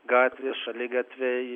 gatvės šaligatviai